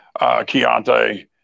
Keontae